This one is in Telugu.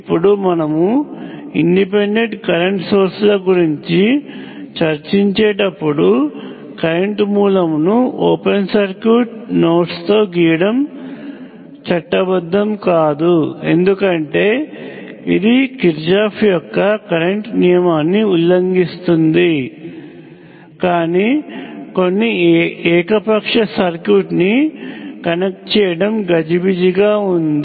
ఇప్పుడు మనము ఇండిపెండెంట్ కరెంట్ సోర్సుల గురించి చర్చించేటప్పుడు కరెంట్ మూలమును ఓపెన్ సర్క్యూట్ నోడ్స్తో గీయడం చట్టబద్ధం కాదు ఎందుకంటే ఇది కిర్చాఫ్ యొక్క కరెంట్ నియమాన్ని ఉల్లంఘిస్తుంది కానీ కొన్ని ఏకపక్ష సర్క్యూట్ని కనెక్ట్ చేయడం గజిబిజిగా ఉంది